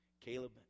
Caleb